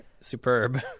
superb